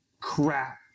crap